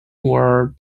were